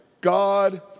God